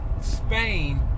Spain